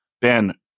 Ben